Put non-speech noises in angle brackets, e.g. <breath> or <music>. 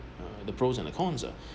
uh the pros and cons ah <breath>